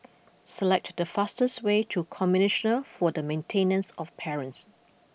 select the fastest way to Commissioner for the Maintenance of Parents